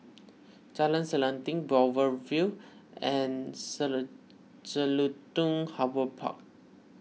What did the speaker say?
Jalan Selanting Boulevard Vue and Harbour Park